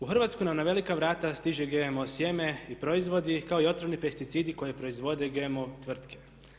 U Hrvatskoj nam na velika vrata stiže GMO sjeme i proizvodi kao i otrovni pesticidi koji proizvode GMO tvrtke.